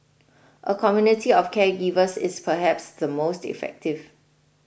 a community of caregivers is perhaps the most effective